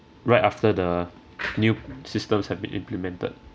right after the new systems have been implemented